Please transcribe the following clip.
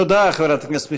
תודה, חברת הכנסת מיכאלי.